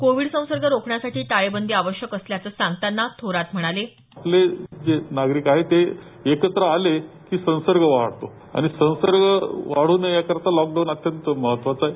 Covid संसर्ग रोखण्यासाठी टाळेबंदी आवश्यक असल्याचं सांगताना थोरात म्हणाले आपले जे नागरिक आहेत ते एकत्र आले की संसर्ग वाढतो आणि संसर्ग वाढू नये याकरता लॉकडाऊन अत्यंत महत्वाचा आहे